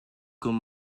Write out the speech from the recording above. con